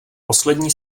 poslední